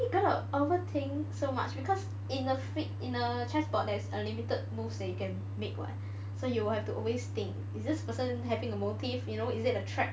you gonna overthink so much because in a thing in a chess board there's a limited move that you can make [what] so you will have to always think is this person having a motive you know or is it a trap